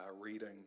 reading